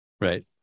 Right